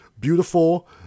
beautiful